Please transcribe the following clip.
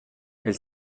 elle